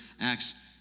Acts